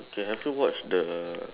okay have you watched the